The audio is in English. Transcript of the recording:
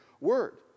word